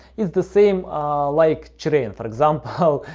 it's the same like train, for example,